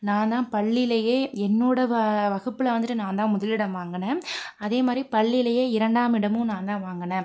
நான் தான் பள்ளியிலயே என்னோடய வ வகுப்பில் வந்துட்டு நான் தான் முதலிடம் வாங்கினேன் அதேமாதிரி பள்ளியிலயே இரண்டாம் இடமும் நான் தான் வாங்கினேன்